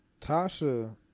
Tasha